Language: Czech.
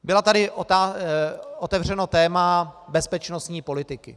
Bylo tady otevřeno téma bezpečnostní politiky.